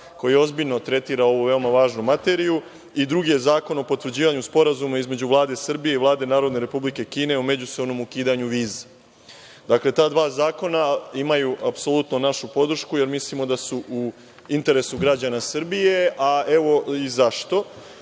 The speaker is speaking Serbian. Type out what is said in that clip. koji ozbiljno tretira ovu važnu materiju, i drugi je zakon o potvrđivanju sporazuma između Vlade Republike Srbije i Vlade Narodne Republike Kine o međusobnom ukidanju viza. Dakle, ta dva zakona imaju apsolutno našu podršku, jer mislimo da su apsolutno u interesu građana Srbije, a evo i zašto.